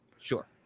Sure